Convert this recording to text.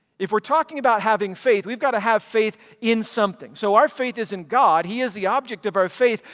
if we're talking about having faith, we've got to have faith in something. so our faith is in god. he is the object of our faith,